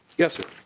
yes sir.